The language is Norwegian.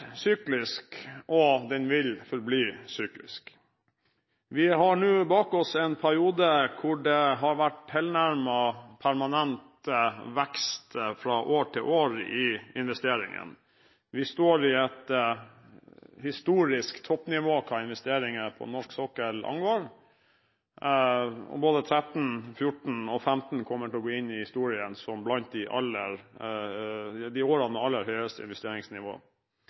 og den vil forbli syklisk. Vi har nå bak oss en periode hvor det har vært tilnærmet permanent vekst i investeringene fra år til år. Vi står i et historisk toppnivå hva investeringer på norsk sokkel angår. Både 2013, 2014 og 2015 kommer til å gå inn i historien blant årene med aller høyest investeringsnivå.